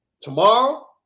Tomorrow